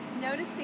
noticing